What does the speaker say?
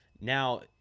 now